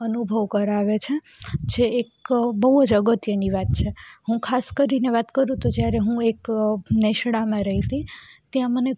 અનુભવ કરાવે છે છે એક બહુ જ અગત્યની વાત છે હું ખાસ કરીને વાત કરું તો હું જ્યારે એક નેસડાંમાં રહી હતી ત્યાં મને